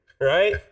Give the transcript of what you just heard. right